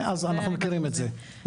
אנחנו מכירים את זה.